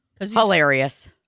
Hilarious